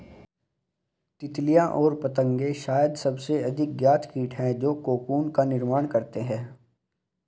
तितलियाँ और पतंगे शायद सबसे अधिक ज्ञात कीट हैं जो कोकून का निर्माण करते हैं